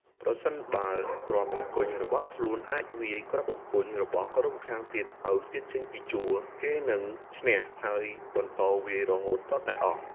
ប្រសិនបើគ្រាប់អង្គញ់របស់ខ្លួនអាចវាយគ្រាប់អង្គញ់របស់ក្រុមម្ខាងទៀតឲ្យខ្ទាតចេញពីជួរ គេនឹងឈ្នះ ហើយបន្តវាយរហូតទាល់តែអស់។